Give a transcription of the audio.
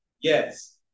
Yes